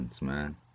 man